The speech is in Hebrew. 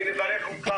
אני מברך אותך